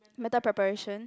mental preparation